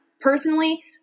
personally